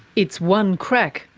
it's one crack,